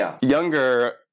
younger